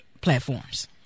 platforms